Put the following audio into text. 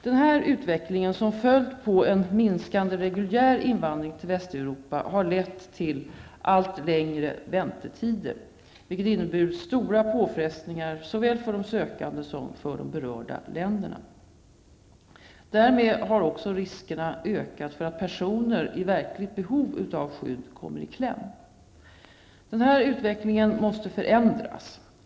Denna utveckling, som följt på en minskande reguljär invandring till Västeuropa, har lett till allt längre väntetider, vilket inneburit stora påfrestningar såväl för de sökande som för de berörda länderna. Därmed har också riskerna ökat för att personer i verkligt behov av skydd kommer i kläm. Denna utveckling måste förändras.